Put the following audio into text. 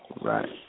Right